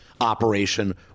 operation